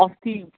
अस्ति